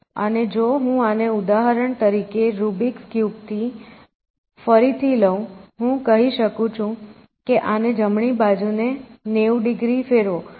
અને જો હું આને ઉદાહરણ તરીકે રૂબિક્સ ક્યુબ ફરીથી લઉં હું કહી શકું છું કે આને જમણી બાજુ ને 90 ડિગ્રી ફેરવો